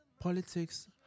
Politics